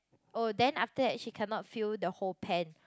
oh then after that she cannot feel the whole pan